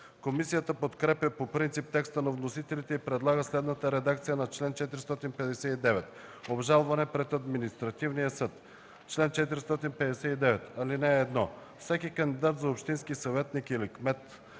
Комисията подкрепя по принцип текста на вносителите и предлага следната редакция на чл. 459: „Обжалване пред Административния съд Чл. 459. (1) Всеки кандидат за общински съветник или кмет,